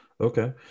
okay